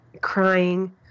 crying